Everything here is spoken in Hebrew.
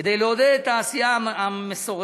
כדי לעודד את התעשייה המסורתית,